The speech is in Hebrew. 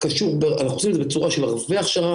אנחנו עושים את זה בצורה של ערבי הכשרה,